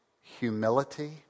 Humility